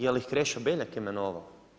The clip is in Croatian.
Jel' ih Krešo Beljak imenovao?